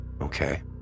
Okay